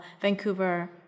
Vancouver